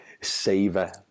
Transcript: savor